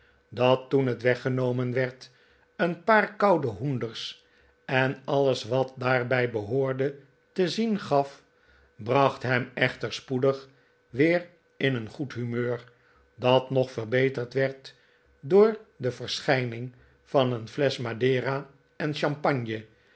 dat f toen het weggenomen werd een paar koude hoenders en alles wat daarbij behoorde te zien gaf bracht hem echter spoedig weer in een goed humeur dat nog verbeterd werd door de verschijning van een flesch madera en champagne